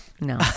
No